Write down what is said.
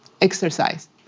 exercise